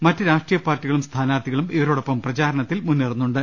മറ്റ് രാഷ്ട്രീയ പാർട്ടികളും സ്ഥാനാർത്ഥികളും ഇവരോടൊപ്പം പ്രചാരണത്തിൽ മുന്നേറുന്നുണ്ട്